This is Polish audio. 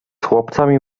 chłopcami